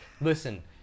Listen